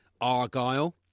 Argyle